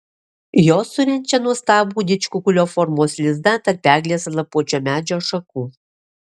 jos surenčia nuostabų didžkukulio formos lizdą tarp eglės ar lapuočio medžio šakų